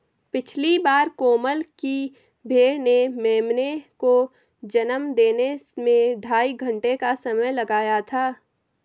पिछली बार कोमल की भेड़ ने मेमने को जन्म देने में ढाई घंटे का समय लगाया था